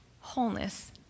wholeness